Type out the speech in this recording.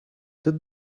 did